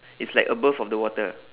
it's like above of the water